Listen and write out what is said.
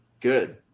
Good